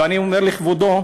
ואני אומר לכבודו,